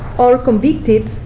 or convicted,